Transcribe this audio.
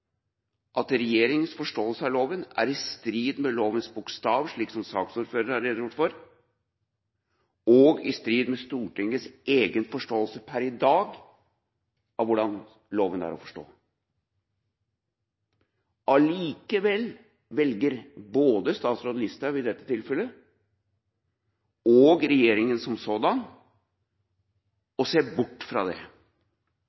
at regjeringas forståelse av loven er i strid med lovens bokstav, slik som saksordføreren har redegjort for, og i strid med Stortingets egen forståelse per i dag av hvordan loven er å forstå. Likevel velger både statsråd Listhaug i dette tilfellet og regjeringa som sådan